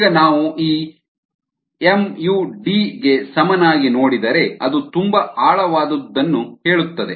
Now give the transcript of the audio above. ಈಗ ನಾವು ಈ mu d ಗೆ ಸಮನಾಗಿ ನೋಡಿದರೆ ಅದು ತುಂಬಾ ಆಳವಾದದ್ದನ್ನು ಹೇಳುತ್ತದೆ